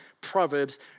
Proverbs